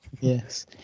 yes